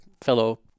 fellow